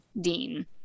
Dean